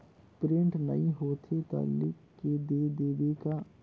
Print नइ होथे ता लिख के दे देबे का?